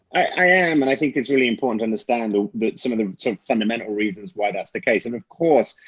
i am. and i think it's really important to understand that some of the fundamental reasons why that's the case. and of course,